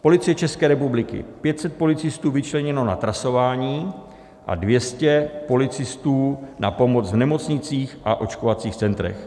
Policie České republiky: 500 policistů vyčleněno na trasování a 200 policistů na pomoc v nemocnicích a očkovacích centrech.